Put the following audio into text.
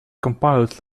compiled